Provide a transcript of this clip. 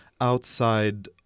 outside